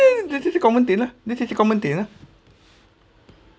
this is a common thing lah this is a common thing